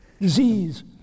Disease